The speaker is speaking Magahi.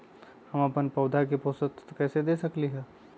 हम अपन पौधा के पोषक तत्व कैसे दे सकली ह?